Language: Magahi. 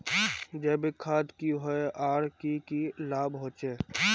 जैविक खाद की होय आर की की लाभ होचे?